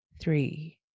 three